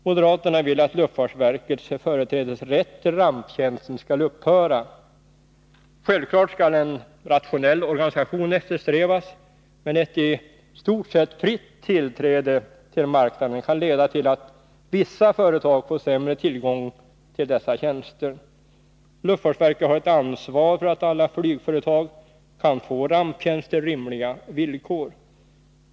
Moderaterna vill att luftfartsverkets företrädesrätt till ramptjänsten skall upphöra. Självfallet skall en rationell organisation eftersträvas, men ett i stort sett fritt tillträde till marknaden kan leda till att vissa företag får sämre tillgång till dessa tjänster. Luftfartsverket har ett ansvar för att alla flygföretag kan få ramptjänst på rimliga villkor.